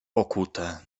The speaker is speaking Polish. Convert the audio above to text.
okute